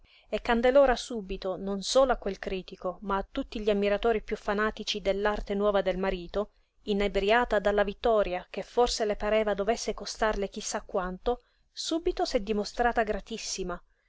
e candelora subito non solo a quel critico ma a tutti gli ammiratori piú fanatici dell'arte nuova del marito inebriata della vittoria che forse le pareva dovesse costarle chi sa quanto subito s'è dimostrata gratissima